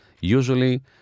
usually